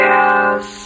Yes